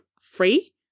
free